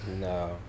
No